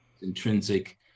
intrinsic